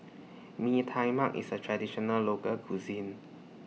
Mee Tai Mak IS A Traditional Local Cuisine